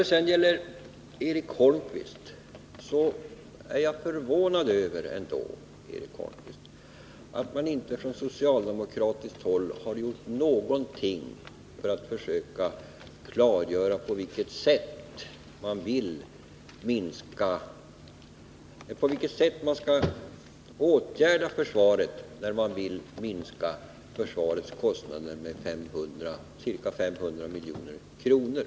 Till Eric Holmqvist vill jag att jag är förvånad över att man inte från socialdemokratiskt håll har gjort någonting för att försöka klargöra på vilket sätt man skall gå till väga för att minska försvarskostnaderna med ca 500 milj.kr.